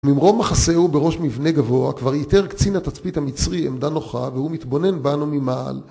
ממרום מחסהו בראש מבנה גבוה, כבר ייתר קצין התצפית המצרי עמדה נוחה והוא מתבונן בנו ממעל.